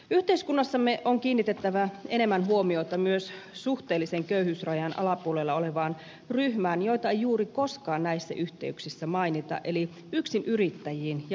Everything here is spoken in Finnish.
yhteiskunnassamme on kiinnitettävä enemmän huomiota myös suhteellisen köyhyysrajan alapuolella olevaan ryhmään jota ei juuri koskaan näissä yhteyksissä mainita eli yksinyrittäjiin ja maatalousyrittäjiin